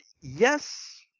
yes